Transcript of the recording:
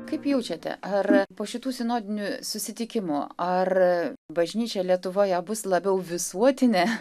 kaip jaučiate ar po šitų sinodinių susitikimo ar bažnyčia lietuvoje bus labiau visuotinė